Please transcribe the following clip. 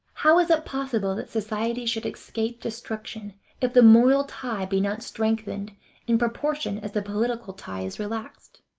how is it possible that society should escape destruction if the moral tie be not strengthened in proportion as the political tie is relaxed?